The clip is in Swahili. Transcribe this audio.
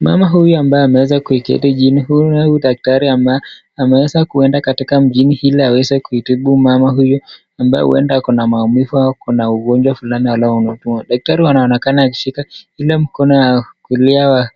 Mama huyu ambaye ameweza kuiketi chini ,huyu ni daktari ambaye ameweza kuenda katika mchini ili aweze kutibu mama huyu ambaye huenda ako na maumivu au kuna ugonjwa fulani . Daktari wanaonekana akishika Ile mkono wa kulia wa